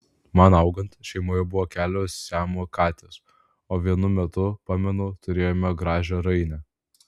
man augant šeimoje buvo kelios siamo katės o vienu metu pamenu turėjome gražią rainę